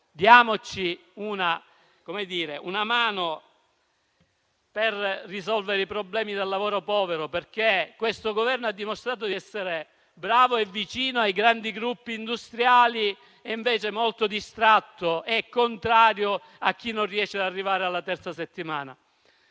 Diamoci una mano per risolvere i problemi del lavoro povero, perché questo Governo ha dimostrato di essere bravo e vicino ai grandi gruppi industriali e invece molto distratto e contrario di fronte a chi non riesce ad arrivare alla terza settimana,